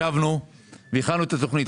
ישבנו והכנו את התוכנית.